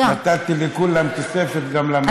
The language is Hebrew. נתתי לכולם תוספת, גם לה מגיע.